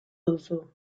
duzu